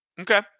Okay